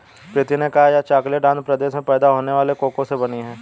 प्रीति ने कहा यह चॉकलेट आंध्र प्रदेश में पैदा होने वाले कोको से बनी है